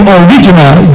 original